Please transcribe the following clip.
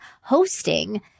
hosting